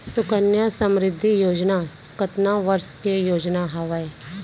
सुकन्या समृद्धि योजना कतना वर्ष के योजना हावे?